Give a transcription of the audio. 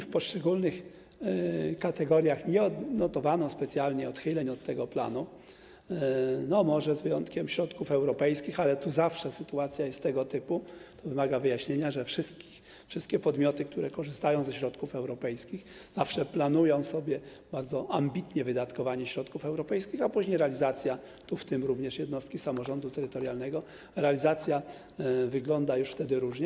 W poszczególnych kategoriach nie odnotowano specjalnie odchyleń od tego planu, może z wyjątkiem środków europejskich, ale tu zawsze sytuacja jest tego typu, to wymaga wyjaśnienia, że wszystkie podmioty, które korzystają ze środków europejskich, zawsze planują sobie bardzo ambitnie wydatkowanie środków europejskich, a później realizacja, w tym są również jednostki samorządu terytorialnego, wygląda już różnie.